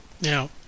Now